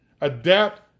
adapt